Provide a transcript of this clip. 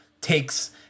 takes